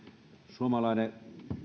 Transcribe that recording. suomalainen